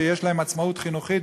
שיש להן עצמאות חינוכית.